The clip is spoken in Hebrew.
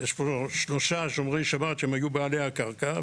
יש פה שלושה שומרי שבת שהיו בעלי הקרקע,